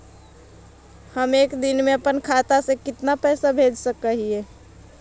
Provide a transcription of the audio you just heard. हम एक दिन में अपन खाता से कितना पैसा भेज सक हिय?